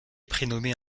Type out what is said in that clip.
prénommée